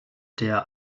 der